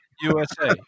USA